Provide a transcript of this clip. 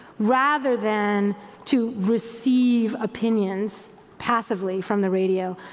rather than to receive opinions passively from the radio.